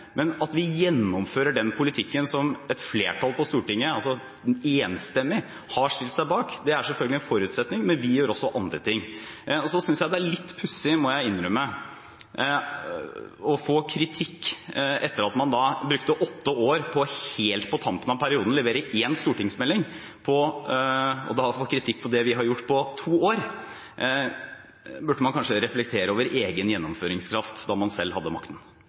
men at vi gjennomfører den politikken som et flertall på Stortinget enstemmig har stilt seg bak, er selvfølgelig en forutsetning. Men vi gjør også andre ting. Og så synes jeg det er litt pussig, må jeg innrømme, å få kritikk på det vi har gjort på to år, etter at man brukte åtte år før man helt på tampen av perioden leverte én stortingsmelding. Da burde man kanskje reflektere over egen gjennomføringskraft da man selv hadde makten.